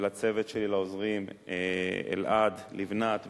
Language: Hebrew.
לצוות שלי ולעוזרים אלעד, לבנת ודרור.